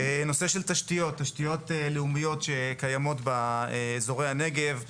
הנושא של תשתיות לאומיות שקיימות באזורי הנגב,